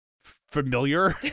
familiar